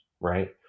right